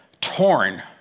torn